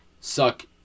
suck